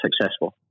successful